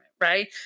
right